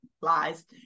Lies